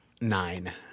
nine